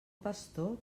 pastor